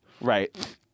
Right